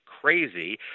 crazy